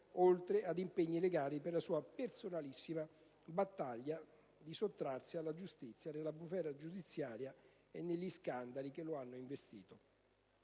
oltre agli impegni legati alla sua personalissima battaglia per sottrarsi alla giustizia nella bufera giudiziaria e negli scandali che lo hanno investito.